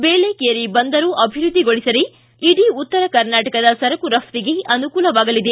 ಬೇಲೆಕೇರಿ ಬಂದರು ಅಭಿವೃದ್ಧಿಗೊಳಿಸಿದರೆ ಇಡೀ ಉತ್ತರ ಕರ್ನಾಟಕದ ಸರಕು ರಫ್ಟಿಗೆ ಅನುಕೂಲವಾಗಲಿದೆ